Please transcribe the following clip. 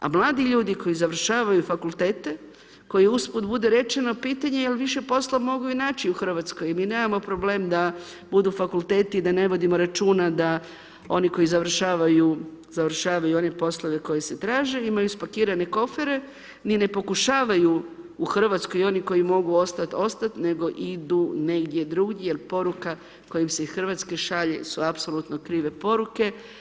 A mladi ljudi, koji završavaju fakultete, koji usput bude rečeno, pitanje je jel više posla mogu i naći u Hrvatskoj, mi nemamo problem da budu fakulteti i da ne vodimo računa da oni koji završavaju, završavaju one poslove koje se traže imaju zapakirane kofere, ni ne pokušavaju u Hrvatskoj, oni koji mogu ostati, ostati, nego idu negdje drugdje jer poruka kojom se iz Hrvatske šalje su apsolutno krive poruke.